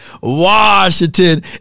Washington